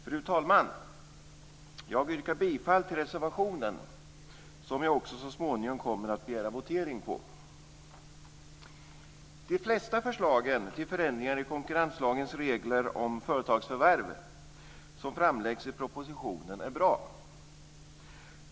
Fru talman! Jag yrkar bifall till reservationen, som jag också så småningom kommer att begära votering om. De flesta av de förslag till förändringar i konkurrenslagens regler om företagsförvärv som framläggs i propositionen är bra.